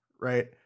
right